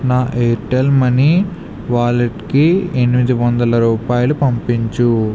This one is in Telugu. నా ఎయిర్టెల్ మనీ వాలెట్కి ఎనిమిది వందల రూపాయలు పంపించు